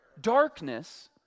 Darkness